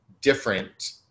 different